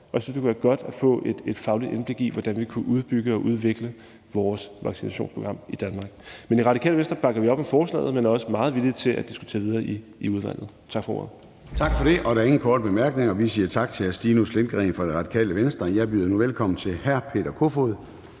og jeg synes, det kunne være godt at få et fagligt indblik i, hvordan vi kunne udbygge og udvikle vores vaccinationsprogram i Danmark. I Radikale Venstre bakker vi op om forslaget, men er også meget villige til at diskutere videre i udvalget. Tak for ordet. Kl. 11:07 Formanden (Søren Gade): Der er ingen korte bemærkninger. Vi siger tak til hr. Stinus Lindgreen fra Radikale Venstre. Jeg byder nu velkommen til hr. Peter Kofod